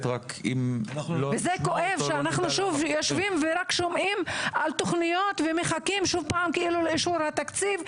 וזה כואב שאנחנו יושבים ורק שומעים על תוכניות ומחכים לאישור התקציב,